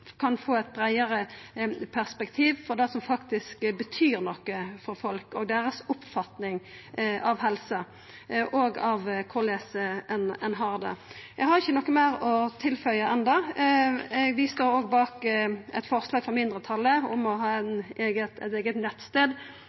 kan få eit breiare perspektiv på det som faktisk betyr noko for folk og deira oppfatning av helse og korleis ein har det. Eg har ikkje noko meir enn det å føya til. Vi står òg bak eit forslag frå mindretalet om